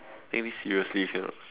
take me seriously can or not